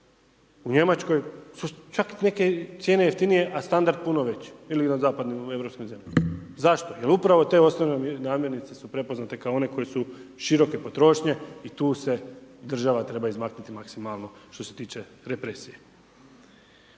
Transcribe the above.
u Njemačkoj, su čak neke cijene jeftinije, a standard puno veći, ili na zapad u Europskoj zemlji. Zašto? Jer upravo te osnovne namjernice su prepoznate kao one koje su široke potrošnje i tu se država treba izmaknuti maksimalno što se tiče represije.